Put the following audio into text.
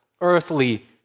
earthly